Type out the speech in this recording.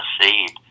seed